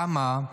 למה?